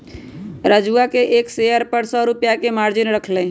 राजूवा ने एक शेयर पर सौ रुपया के मार्जिन रख लय